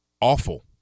awful